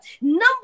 Number